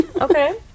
okay